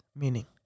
meaning